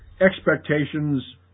expectations